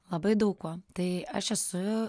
labai daug kuo tai aš esu